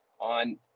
on